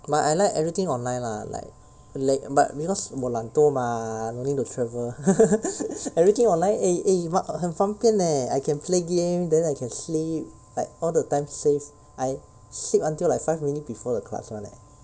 but I like everything online lah like la~ but because 我懒惰 mah no need to travel everything online eh eh wh~ 很方便 leh I can play game then I can sleep like all the time save I sleep until like five minute before the class [one] leh